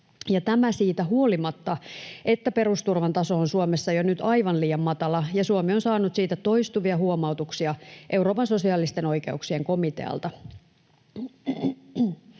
tämä siitä huolimatta, että perusturvan taso on Suomessa jo nyt aivan liian matala ja Suomi on saanut siitä toistuvia huomautuksia Euroopan sosiaalisten oikeuksien komitealta.